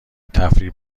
تفریح